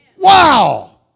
Wow